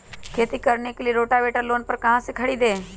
खेती करने के लिए रोटावेटर लोन पर कहाँ से खरीदे?